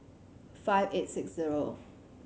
five eight six zero